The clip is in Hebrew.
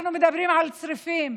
אנחנו מדברים על צריפים.